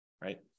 right